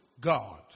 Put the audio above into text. God